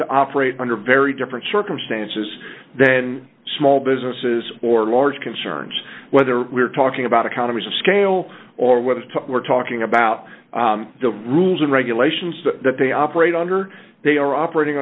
to operate under very different circumstances then small businesses or large concerns whether we're talking about economies of scale or whether we're talking about the rules and regulations that they operate under they are operating